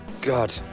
God